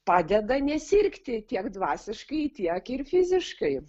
padeda nesirgti tiek dvasiškai tiek ir fiziškai